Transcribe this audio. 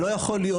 זה לא יכול להיות.